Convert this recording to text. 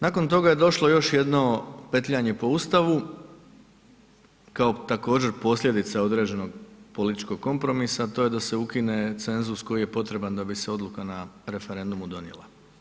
Nakon toga je došlo još jedno petljanje po Ustavu, kao također posljedica određenog političkog kompromisa, to je da se ukine cenzus koji je potreban da bi se odluka na referendumu donijela.